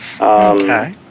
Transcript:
Okay